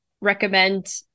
recommend